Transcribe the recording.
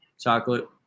Chocolate